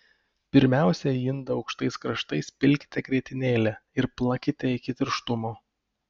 pirmiausia į indą aukštais kraštais pilkite grietinėlę ir plakite iki tirštumo